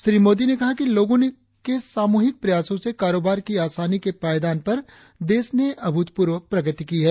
श्री मोदी ने कहा है कि लोगो के सामूहिक प्रयासो से कारोबार की आसानी के पायदान पर देश ने अभूतपूर्व प्रगति की है